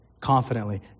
confidently